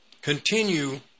Continue